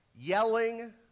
yelling